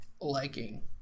liking